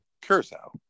curacao